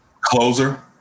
Closer